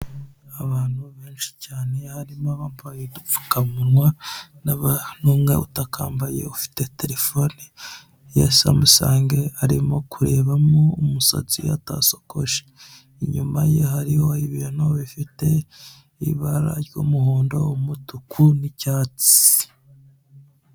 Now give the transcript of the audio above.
Abantu benshi cyane harimo abambaye udupfukamunwa, n'umwe utakambaye ufite telefone ya samusange arimo kurebamo umusatsi atasokoje. Inyuma ye hariho ibintu bifite ibara ry'umuhondo, umutuku n'icyatsi.